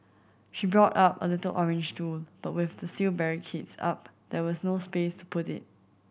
she brought a a little orange stool but with the steel barricades up there was no space to put it